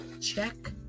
Check